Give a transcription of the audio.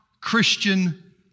Christian